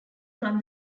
from